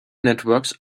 networks